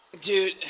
Dude